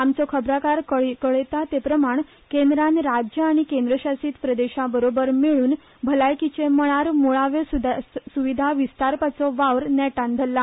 आमचो खबरांकार कळयता ते प्रमाण केंद्रान राज्यां आनी केंद्रशासीत प्रदेशांबरोबर मेळून भलायकीचे मळार म्ळाव्यो स्विदा विस्तारपाचो वावर नेटान धल्ला